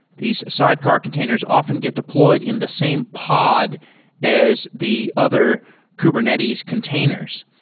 these sidecar containers often get deployed in the same pod as the other kubernetes containers.